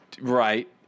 right